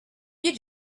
you